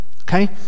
okay